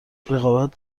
رقابت